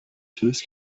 tennis